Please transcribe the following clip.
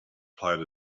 played